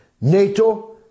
NATO